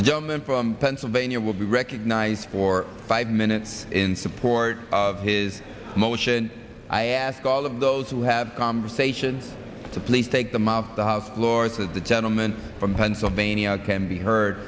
the german from pennsylvania will be recognized for five minutes in support of his motion i ask all of those who have conversation to please take them out of the lords that the gentleman from pennsylvania can be heard